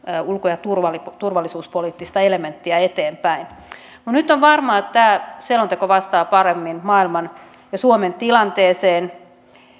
ulko ja turvallisuuspoliittista elementtiä eteenpäin nyt on varmaa että tämä selonteko vastaa paremmin maailman ja suomen tilanteeseen